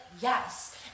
Yes